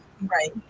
Right